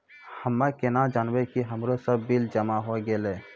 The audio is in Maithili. हम्मे केना जानबै कि हमरो सब बिल जमा होय गैलै?